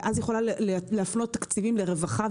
ואז היא יכולה להפנות תקציבים לרווחה,